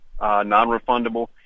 non-refundable